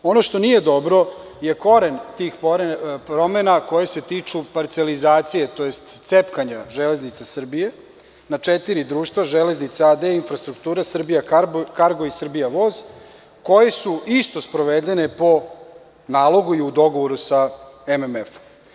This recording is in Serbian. Ono što nije dobro je koren tih promena koje se tiču parcelizacije, tj. cepkanja „Železnice Srbije“ na četiri društva – Železnica AD, Infrastrukture, Srbija-kargo i Srbijavoz, koje su isto sprovedene po nalogu i u dogovoru sa MMF-om.